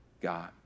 God